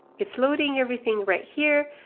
it's loading everything right here.